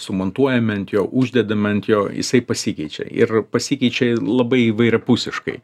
sumontuojame ant jo uždedame ant jo jisai pasikeičia ir pasikeičia labai įvairiapusiškai